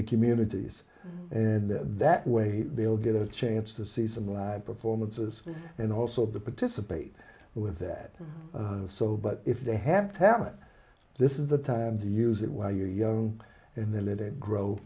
the communities and that way they'll get a chance to see some live performances and also the participate with that so but if they have talent this is the time to use it while you're young and then let it